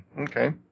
Okay